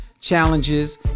challenges